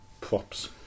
props